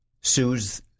soothes